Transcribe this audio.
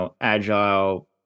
agile